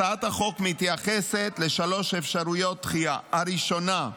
הצעת החוק מתייחסת לשלוש אפשרויות דחייה: הראשונה,